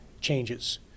changes